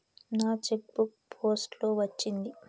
నా cheque book post లో వచ్చింది